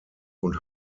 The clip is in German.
und